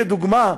לדוגמה,